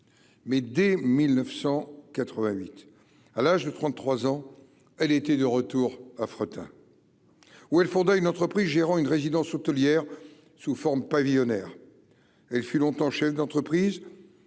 mais dès 1988 à l'âge de 33 ans, elle était de retour à fretin où elle Fonda une entreprise gérant une résidence hôtelière sous formes pavillonnaires, elle fut longtemps chef d'entreprise